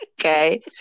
Okay